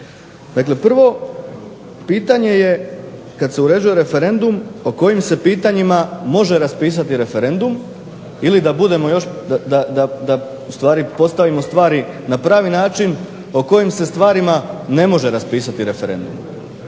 Dakle, prvo pitanje je kada se uređuje referendum o kojim se pitanjima može raspisati referendum ili da stvari postavimo na pravi način o kojim se stvarima ne može raspisati referendum?